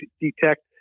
detect